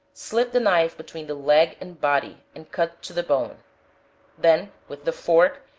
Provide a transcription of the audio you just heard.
slip the knife between the leg and body, and cut to the bone then, with the fork,